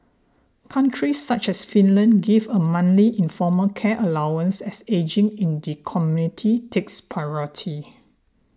countries such as Finland give a monthly informal care allowance as ageing in the community takes priority